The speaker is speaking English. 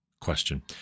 question